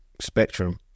spectrum